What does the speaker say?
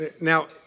Now